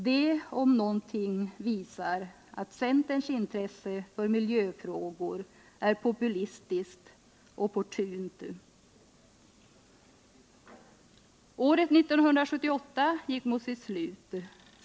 Det om någontung visar att centerns intresse för miljöfrågor är populistiskt och opportunistiskt. Året 1978 gick mot sitt slut.